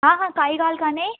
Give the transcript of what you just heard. हा हा काई ॻाल्हि कान्हे